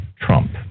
Trump